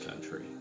country